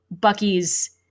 Bucky's